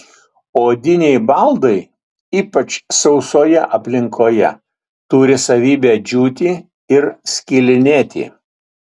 odiniai baldai ypač sausoje aplinkoje turi savybę džiūti ir skilinėti